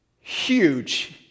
huge